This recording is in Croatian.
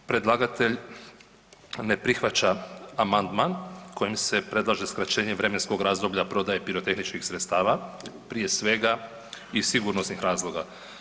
Predlagatelj ne prihvaća amandman kojim se predlaže skraćenje vremenskog razdoblja prodaje pirotehničkih sredstava prije svega iz sigurnosnim razloga.